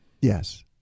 Yes